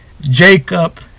Jacob